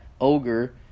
ogre